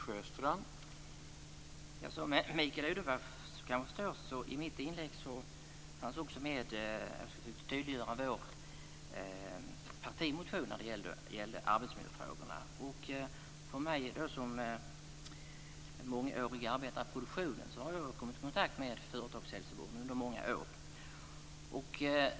Herr talman! Som Mikael Odenberg kan förstå fanns i mitt inlägg också med ett tydliggörande av vår partimotion om arbetsmiljöfrågorna. Som arbetare i produktionen under många år har jag också kommit i kontakt med företagshälsovården under många år.